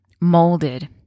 molded